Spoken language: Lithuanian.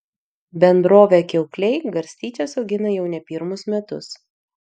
bendrovė kiaukliai garstyčias augina jau ne pirmus metus